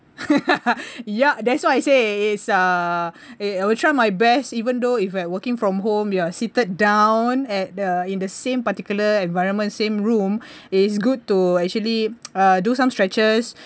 ya that's why I say it's uh eh I will try my best even though if you are working from home you are seated down at the in the same particular environment same room it is good to actually uh do some stretches